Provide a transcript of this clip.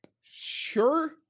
Sure